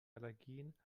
allergien